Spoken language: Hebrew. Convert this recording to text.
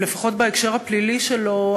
לפחות בהקשר הפלילי שלו,